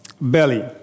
belly